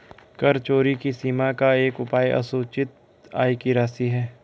कर चोरी की सीमा का एक उपाय असूचित आय की राशि है